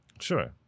sure